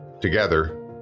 Together